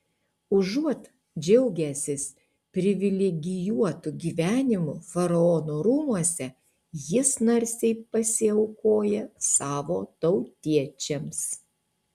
užuot džiaugęsis privilegijuotu gyvenimu faraono rūmuose jis narsiai pasiaukoja savo tautiečiams